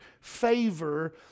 favor